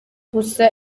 gusa